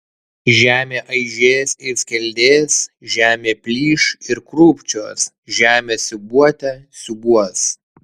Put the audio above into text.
žemė aižės ir skeldės žemė plyš ir krūpčios žemė siūbuote siūbuos